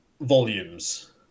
volumes